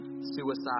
suicide